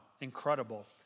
incredible